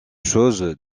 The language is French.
chose